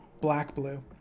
black-blue